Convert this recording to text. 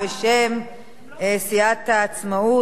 בשם סיעת העצמאות,